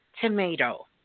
tomato